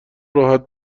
راحت